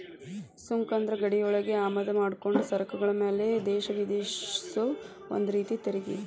ಸುಂಕ ಅಂದ್ರ ಗಡಿಯೊಳಗ ಆಮದ ಮಾಡ್ಕೊಂಡ ಸರಕುಗಳ ಮ್ಯಾಲೆ ದೇಶ ವಿಧಿಸೊ ಒಂದ ರೇತಿ ತೆರಿಗಿ